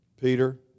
Peter